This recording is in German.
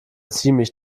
ziemlich